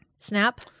snap